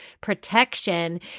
protection